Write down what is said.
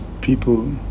people